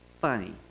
funny